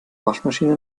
waschmaschine